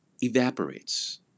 evaporates